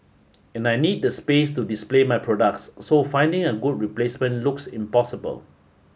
and I need the space to display my products so finding a good replacement looks impossible